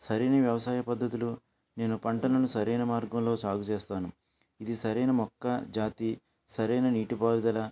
సరైన వ్యవసాయ పద్దతులు నేను పంటను సరైన మార్గంలో సాగు చేస్తాను ఇది సరైన మొక్క జాతి సరైన నీటి పారుదల